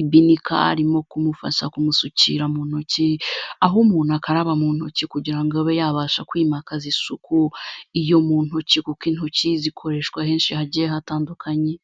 ibinika arimo kumufasha kumusukira mu ntoki, aho umuntu akaraba mu ntoki kugira ngo abe yabasha kwimakaza isuku iyo mu ntoki, kuko intoki zikoreshwa henshi hagiye hatandukanye.